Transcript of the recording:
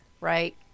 Right